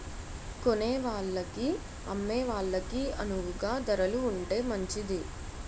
కొనేవాళ్ళకి అమ్మే వాళ్ళకి అణువుగా ధరలు ఉంటే మంచిది